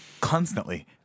Constantly